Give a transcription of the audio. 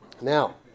Now